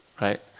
right